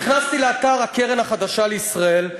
נכנסתי לאתר הקרן החדשה לישראל,